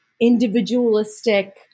individualistic